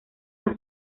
los